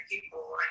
people